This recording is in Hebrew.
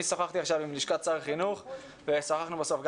אני שוחחתי עכשיו עם לשכת שר החינוך ושוחחנו עם